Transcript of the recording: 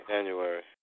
January